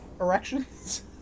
erections